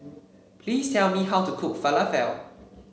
please tell me how to cook Falafel